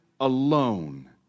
alone